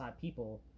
people